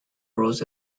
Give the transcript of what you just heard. rules